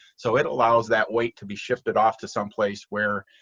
so it allows that weight to be shifted off to someplace where